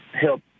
help